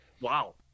wow